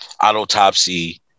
autopsy